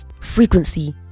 frequency